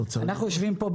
אנחנו יושבים פה,